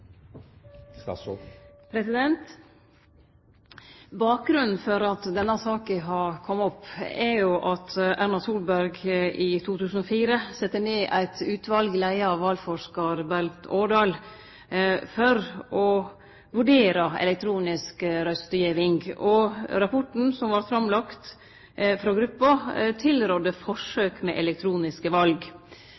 at Erna Solberg i 2004 sette ned eit utval leidd av valforskar Bernt Aardal for å vurdere elektronisk røystegiving. Rapporten som vart lagd fram frå gruppa, tilrådde